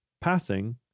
passing